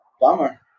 Bummer